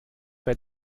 bei